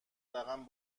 رقم